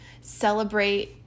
Celebrate